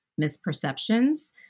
misperceptions